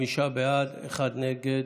חמישה בעד, אחד נגד,